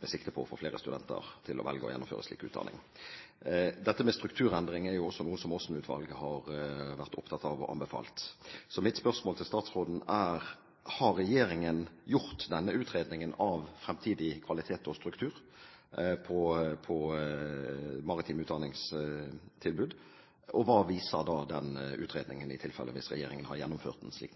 med sikte på å få flere elever/studenter til å velge og gjennomføre slik utdanning.» Dette med strukturendring er jo også noe som Aasen-utvalget har vært opptatt av og anbefalt. Så mine spørsmål til statsråden er: Har regjeringen gjort denne utredningen av fremtidig kvalitet og struktur på maritime utdanningstilbud? Og hva viser i tilfelle den utredningen, hvis regjeringen har gjennomført dette, slik